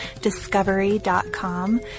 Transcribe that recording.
discovery.com